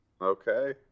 Okay